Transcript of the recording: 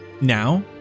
Now